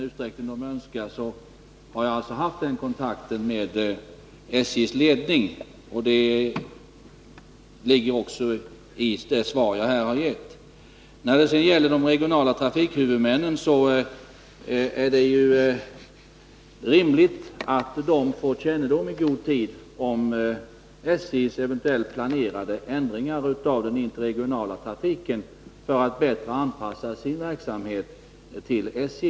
Jag har haft kontakt med SJ:s ledning om den frågan, vilket också framgår av det svar jag gett. När det gäller de regionala trafikhuvudmännen är det rimligt att de får kännedom i god tid om SJ:s planerade ändringar av den interregionala trafiken för att bättre kunna anpassa sin verksamhet till SJ:s.